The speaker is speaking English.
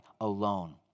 alone